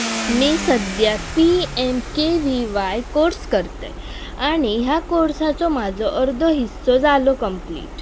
मी सद्यां P M K V Y course करतय आनी ह्या कोर्साचो म्हजो अर्दो हिस्सो जालो कंम्प्लीट